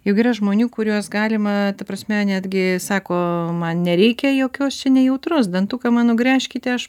juk yra žmonių kuriuos galima ta prasme netgi sako man nereikia jokios čia nejautros dantuką man nugręžkite aš